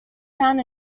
found